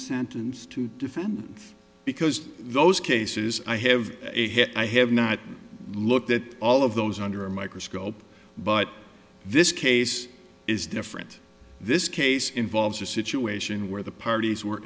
sentence to defend because those cases i have hit i have not looked at all of those under a microscope but this case is different this case involves a situation where the parties were